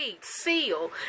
Seal